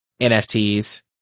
NFTs